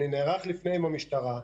אני נערך לפני עם המשטרה,